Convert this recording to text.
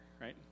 right